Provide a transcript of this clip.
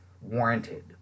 warranted